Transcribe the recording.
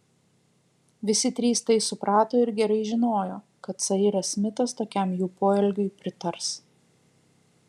visi trys tai suprato ir gerai žinojo kad sairas smitas tokiam jų poelgiui pritars